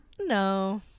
no